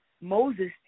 Moses